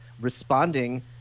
responding